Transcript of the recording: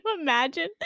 imagine